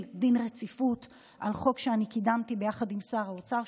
דין רציפות על חוק שאני קידמתי יחד עם שר האוצר,